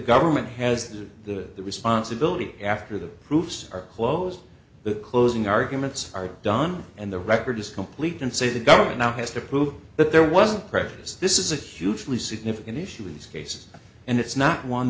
government has the responsibility after the proofs are closed the closing arguments are done and the record is complete and say the government now has to prove that there wasn't precious this is a hugely significant issue in these cases and it's not